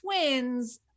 twins